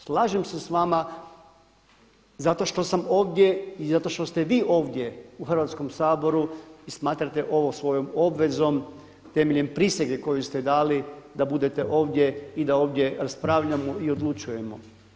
Slažem se s vama zato što sam ovdje i zato što ste vi ovdje u Hrvatskom saboru i smatrate ovo svojom obvezom temeljem prisege koju ste dali da budete ovdje i da ovdje raspravljamo i odlučujemo.